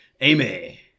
Amy